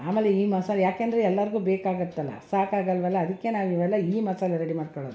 ಆಮೇಲೆ ಈ ಮಸಾಲ ಯಾಕೆಂದ್ರೆ ಎಲ್ಲರ್ಗೂ ಬೇಕಾಗುತ್ತಲ್ಲ ಸಾಕಾಗೋಲ್ವಲ್ಲ ಅದಕ್ಕೆ ನಾವು ಇವೆಲ್ಲ ಈ ಮಸಾಲೆ ರೆಡಿ ಮಾಡ್ಕೊಳ್ಳೋದು